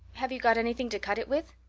have you got anything to cut it with?